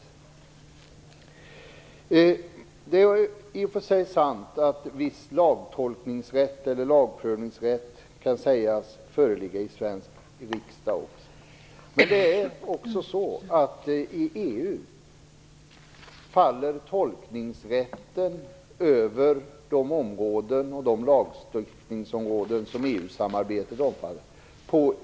Det är i och för sig sant att viss lagtolkningsrätt eller lagprövningsrätt också kan sägas föreligga i svensk riksdag. Men i EU har EU-domstolen tolkningsrätten över de lagstiftningsområden som EU samarbetet omfattar.